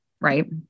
right